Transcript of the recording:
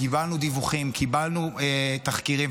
קיבלנו דיווחים, קיבלנו תחקירים.